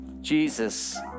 Jesus